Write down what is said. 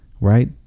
right